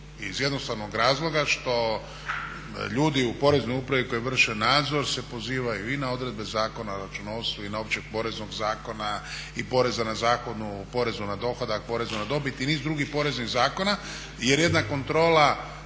iz jednostavnog razloga što ljudi u Poreznoj upravi koji vrše nadzor se pozivaju i na odredbe Zakona o računovodstvu i Općeg poreznog zakona i poreza na Zakonu o porezu na dohodak, porezu na dobit i niz drugih poreznih zakona. Jer jedna kontrola